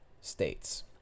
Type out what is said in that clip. states